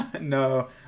No